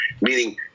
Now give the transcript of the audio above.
meaning